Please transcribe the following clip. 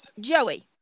Joey